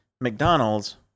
McDonald's